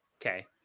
okay